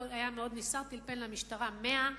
הוא היה מאוד נסער, טלפן למשטרה 100,